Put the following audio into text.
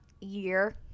year